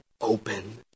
open